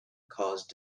cause